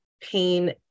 pain